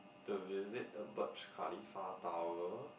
to visit the tower the the Burj Khalifa tower